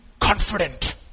confident